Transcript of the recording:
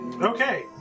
Okay